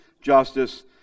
Justice